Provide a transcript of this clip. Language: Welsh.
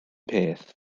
peth